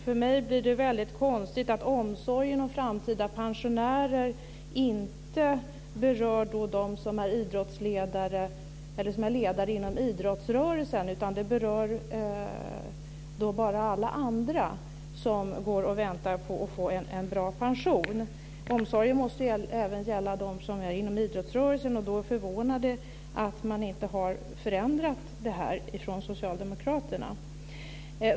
För mig blir det konstigt att omsorgen om framtida pensionärer inte berör dem som är ledare inom idrottsrörelsen utan omsorgen berör bara alla andra som väntar på en bra pension. Omsorgen måste även gälla dem inom idrottsrörelsen. Då förvånar det att det inte har skett en förändring hos socialdemokraterna.